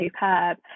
superb